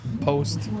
post